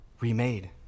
Remade